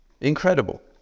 incredible